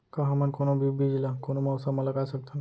का हमन कोनो भी बीज ला कोनो मौसम म लगा सकथन?